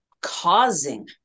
causing